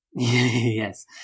yes